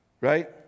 Right